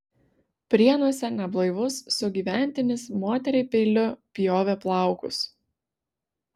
prienuose neblaivus sugyventinis moteriai peiliu pjovė plaukus